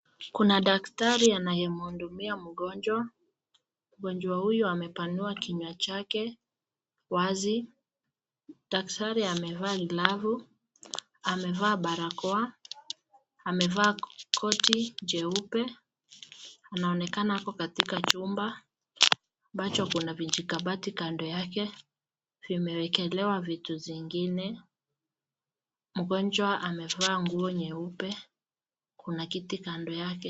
Kuna daktari anayemhudumia mgonjwa , mgonjwa huyu amepanua kinywa chake wazi , daktari amevaa glavu ,amevaa barakoa , amevaa koti jeupe anaonekana ako katika chumba ambacho kuna vijikabati kando yake yameekelewa vitu zingine , mgonjwa amevaa nguo nyeupe ,kuna kiti kando yake.